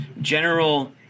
general